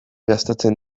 gastatzen